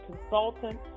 consultant